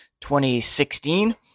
2016